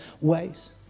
ways